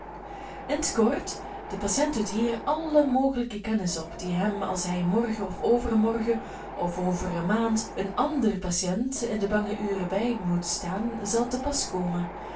kort de patiënt doet hier alle mogelijke kennis op die hem als hij morgen of overmorgen of over een maand een ander patiënt in de bange ure bij moet staan zal te pas komen